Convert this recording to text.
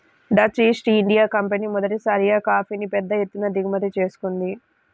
Dutch East India Company మొదటిసారిగా కాఫీని పెద్ద ఎత్తున దిగుమతి చేసుకుంది